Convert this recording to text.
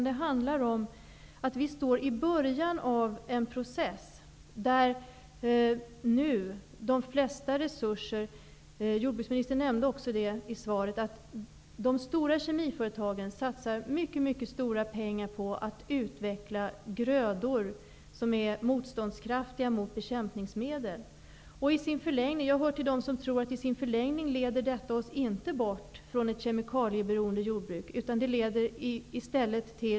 Det handlar om att vi står i början av en process. Jordbruksministern nämnde i svaret att de stora kemiföretagen satsar mycket stora pengar på att utveckla grödor som är motståndskraftiga mot bekämpningsmedel, och jag hör till dem som inte tror att detta i sin förlängning leder oss bort från ett kemikalieberoende jordbruk.